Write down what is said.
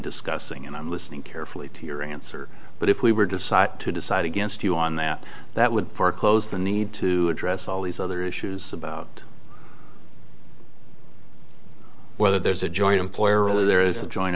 discussing and i'm listening carefully to your answer but if we were decide to decide against you on that that would foreclose the need to address all these other issues about whether there's a joint employer or there is a joint